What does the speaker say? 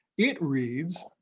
it reads,